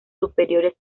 superiores